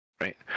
right